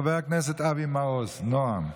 חבר הכנסת אבי מעוז, נעם,